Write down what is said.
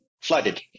flooded